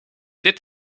dit